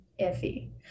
iffy